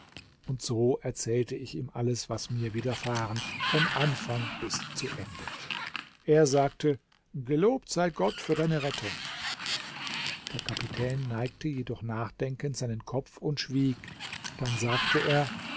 und so erzählte ich ihm alles was mir widerfahren von anfang bis zu ende er sagte gelobt sei gott für deine rettung der kapitän neigte jedoch nachdenkend seinen kopf und schwieg dann sagte er